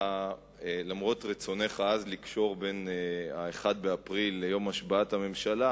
למרות רצונך העז לקשור בין 1 באפריל ליום השבעת הממשלה,